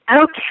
Okay